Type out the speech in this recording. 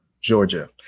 Georgia